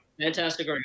fantastic